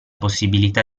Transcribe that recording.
possibilità